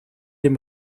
dem